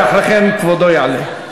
ואחרי כן כבודו יעלה.